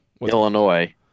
Illinois